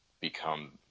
become